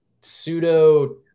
pseudo